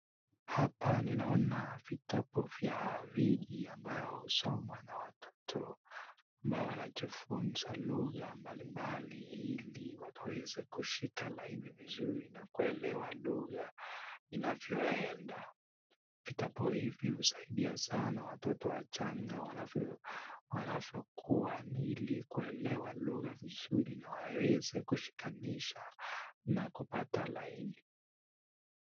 Hapa naona vitabu vingi ambayo husomwa na watoto, ambao wanajifunza lugja mbalimbali ili wakaeze kushika laini vizuri na kuelewa lugja inavyoenda, vitabu hivi husaidi watoto wachanga wanavyo kuwa ili kuelewa lugha vizuri na waweze kushikanisha na kupata laini.